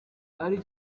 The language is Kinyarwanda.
ari